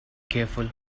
careful